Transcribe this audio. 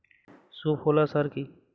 সুফলা সার কি?